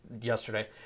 yesterday